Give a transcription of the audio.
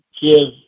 give